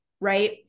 right